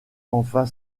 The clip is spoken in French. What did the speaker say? enfin